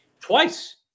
Twice